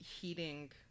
heating